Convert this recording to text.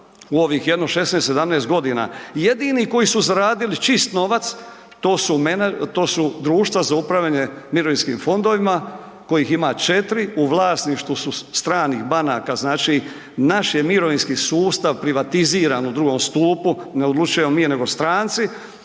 jedno 16, 17 godina jedini koji su zaradili čist novac, to su društva za upravljanje mirovinskim fondovima, kojih ima 4, u vlasništvu su stranih banaka, znači, naš je mirovinski sustav privatiziran u II. stupu, ne odlučujemo mi nego stranci.